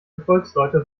gefolgsleute